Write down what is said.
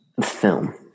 film